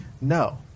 No